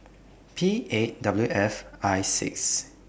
P eight W F I six